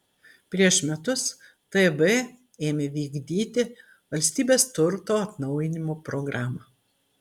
prieš metus tb ėmė vykdyti valstybės turto atnaujinimo programą